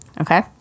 Okay